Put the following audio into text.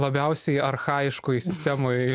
labiausiai archajiškoj sistemoj